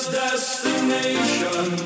destination